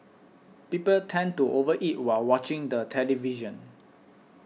people tend to over eat while watching the television